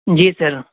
جی سر